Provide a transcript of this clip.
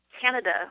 Canada